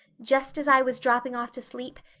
just as i was dropping off to sleep,